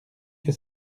que